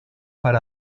para